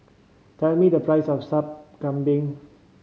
tell me the price of Sup Kambing